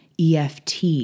EFT